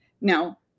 Now